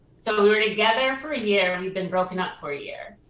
so we were together for a year, and we've been broken up for a year.